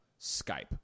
Skype